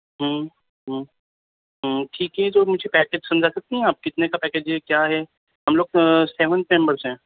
ہوں ہوں ہوں ٹھیک ہے جو مجھے پیکیج سمجھا سکتی ہیں آپ کتنے کا پیکج ہے کیا ہے ہم لوگ سیون ممبرس ہیں